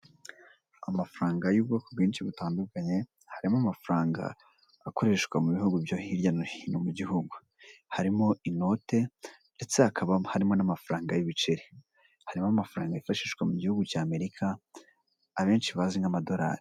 Amafaranga y'ubwoko bwinshi butandukanye, harimo amafaranga akoreshwa mu bihugu byo hirya no hino mu gihugu, harimo inote ndetse hakaba harimo n'amafaranga y'ibiceri, harimo amafaranga yifashishwa mu gihugu cy'Amerika, abenshi bazi nk'amadolari.